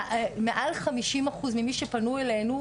מעל 50 אחוז ממי שפנו אלינו,